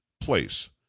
place